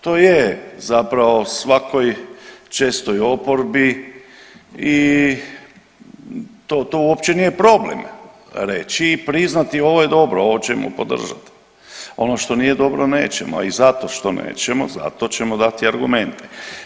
To je zapravo svakoj čestoj oporbi i to, to uopće nije problem reći i priznati ovo je dobro, ovo ćemo podržati, ono što nije dobro nećemo i zato što nećemo za to ćemo dati argumente.